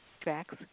tracks